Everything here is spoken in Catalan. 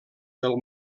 del